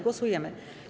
Głosujemy.